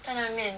担担面